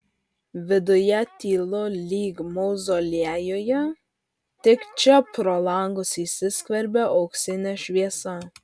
viduje tylu lyg mauzoliejuje tik čia pro langus įsiskverbia auksinė šviesa